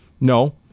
No